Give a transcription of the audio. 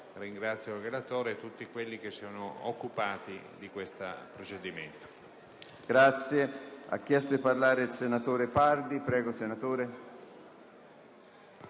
Ringrazio il relatore e tutti quelli che si sono occupati di tale provvedimento.